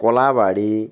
কলাবড়ি